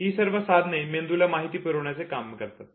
ही सर्व साधने मेंदूला माहिती पुरविण्याचे काम करतात